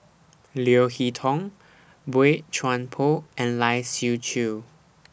Leo Hee Tong Boey Chuan Poh and Lai Siu Chiu